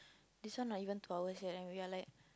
this one not even two hours yet and we are like